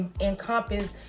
encompass